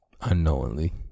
unknowingly